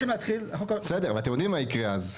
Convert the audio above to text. אבל אתם יודעים מה יקרה אז,